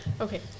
okay